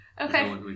Okay